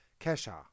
Kesha